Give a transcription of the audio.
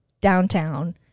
downtown